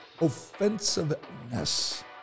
offensiveness